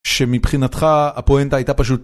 שמבחינתך הפואנטה הייתה פשוט